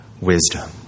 wisdom